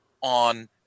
on